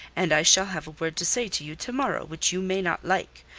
and i shall have a word to say to you to-morrow which you may not like.